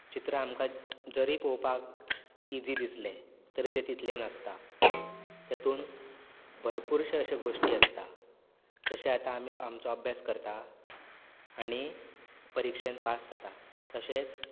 चित्रां आमकां जरीय पळोवपाक ईजी दिसलें तरीय तें तितलें नासता तेतून भरपूरश्यो अश्यो गोश्टी आसता जशें आतां आमी आमचो अभ्यास करतात आनी परिक्षेंत पास जातात तशेंच